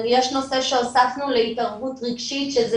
יש נושא שהוספנו להתערבות רגשית שזה